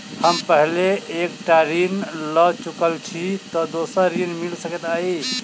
हम पहिने एक टा ऋण लअ चुकल छी तऽ दोसर ऋण मिल सकैत अई?